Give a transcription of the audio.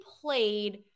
played